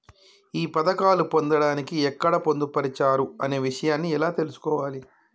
ఈ పథకాలు పొందడానికి ఎక్కడ పొందుపరిచారు అనే విషయాన్ని ఎలా తెలుసుకోవాలి?